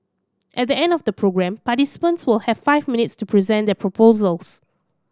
at the end of the programme participants will have five minutes to present their proposals